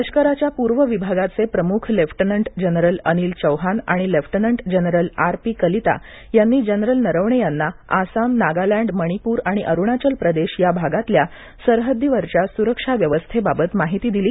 लष्कराच्या पूर्व विभागाचे प्रमुख लेफ्टनंट जनरल अनिल चौहान आणि lieutenant general R P Kalita यांनी जनरल नरवणे यांना आसाम नागालँड मणिपूर आणि अरुणाचल प्रदेश या भागातल्या सरहद्दीवरच्या सुरक्षा व्यवस्थेबाबत माहिती दिली